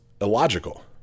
illogical